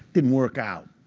didn't work out.